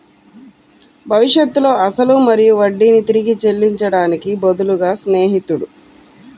భవిష్యత్తులో అసలు మరియు వడ్డీని తిరిగి చెల్లించడానికి బదులుగా స్నేహితుడు